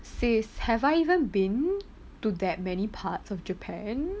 sis have I even been to that many parts of japan